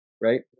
right